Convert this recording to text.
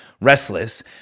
restless